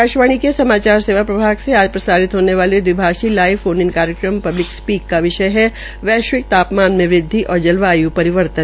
आकाशवाणी के समाचार प्रभाग से आज प्रसारित होने वाले द्विभाषीय लाईव फोन इन कार्यक्रम पब्लिक स्पीक स्पीक का विषय है वैश्विक तापमान में वृद्वि और जलवाय् परिवर्तन